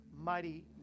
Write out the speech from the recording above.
mighty